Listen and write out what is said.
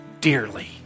dearly